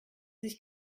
sich